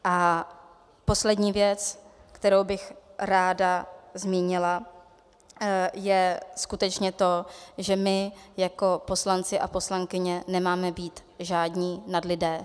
A poslední věc, kterou bych ráda zmínila, je skutečně to, že my jako poslanci a poslankyně nemáme být žádní nadlidé.